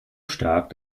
stark